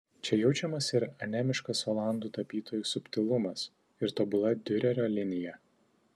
čia jaučiamas ir anemiškas olandų tapytojų subtilumas ir tobula diurerio linija